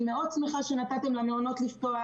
אני מאוד שמחה שנתתם למעונות לפתוח,